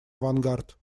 авангард